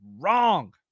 Wrong